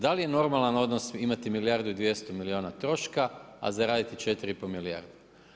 Da li je normalan odnos imati milijardu i 200 milijuna troška, a zaraditi 4,5 milijarde?